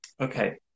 Okay